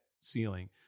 ceiling